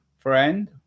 friend